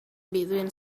between